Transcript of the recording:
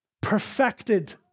perfected